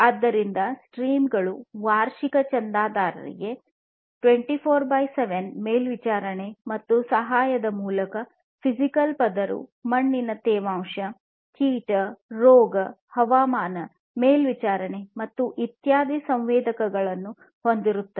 ಆದಾಯದ ಸ್ಟ್ರೀಮ್ ಗಳು ವಾರ್ಷಿಕ ಚಂದಾದಾರಿಕೆಗಳು 24X7 ಮೇಲ್ವಿಚಾರಣೆ ಮತ್ತು ಸಹಾಯದ ಮೂಲಕ ಫಿಸಿಕಲ್ ಪದರವು ಮಣ್ಣಿನ ತೇವಾಂಶ ಕೀಟ ರೋಗ ಹವಾಮಾನ ಮೇಲ್ವಿಚಾರಣೆಗೆ ಮತ್ತು ಇತ್ಯಾದಿ ಸಂವೇದಕಗಳನ್ನು ಹೊಂದಿರುತ್ತದೆ